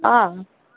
अँ